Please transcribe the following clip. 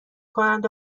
کنند